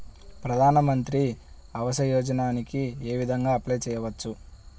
ప్రధాన మంత్రి ఆవాసయోజనకి ఏ విధంగా అప్లే చెయ్యవచ్చు?